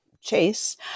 chase